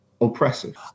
oppressive